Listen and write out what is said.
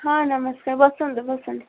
ହଁ ନମସ୍କାର ବସନ୍ତୁ ବସନ୍ତୁ